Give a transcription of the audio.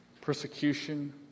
persecution